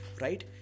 right